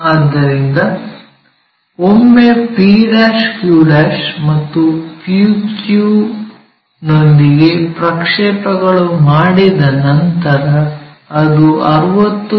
ಆದ್ದರಿಂದ ಒಮ್ಮೆ p q ಮತ್ತು p q ನೊಂದಿಗೆ ಪ್ರಕ್ಷೇಪಗಳು ಮಾಡಿದ ನಂತರ ಅದು 60 ಮಿ